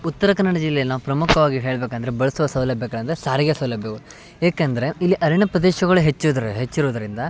ಉತ್ತರ ಕನ್ನಡ ಜಿಲ್ಲೆಯಲ್ಲಿ ನಾ ಪ್ರಮುಖವಾಗಿ ಹೇಳಬೇಕಂದ್ರೆ ಬಳಸುವ ಸೌಲಭ್ಯಗಳಂದರೆ ಸಾರಿಗೆ ಸೌಲಭ್ಯಗಳು ಏಕೆಂದರೆ ಇಲ್ಲಿ ಅರಣ್ಯ ಪ್ರದೇಶಗಳು ಹೆಚ್ಚಿದರೆ ಹೆಚ್ಚಿರೋದರಿಂದ